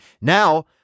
Now